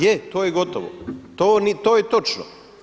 Je to je gotovo, to je točno.